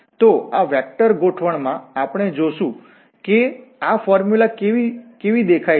તો આ વેક્ટરગોઠવણમાં આપણે જોશું કે આ ફોર્મ્યુલા કેવી દેખાય છે